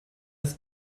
ist